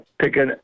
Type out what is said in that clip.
picking